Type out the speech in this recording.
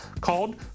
called